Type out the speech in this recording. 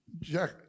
Jack